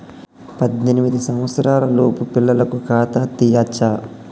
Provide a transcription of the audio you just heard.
పద్దెనిమిది సంవత్సరాలలోపు పిల్లలకు ఖాతా తీయచ్చా?